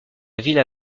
villa